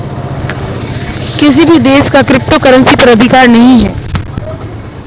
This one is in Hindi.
किसी भी देश का क्रिप्टो करेंसी पर अधिकार नहीं है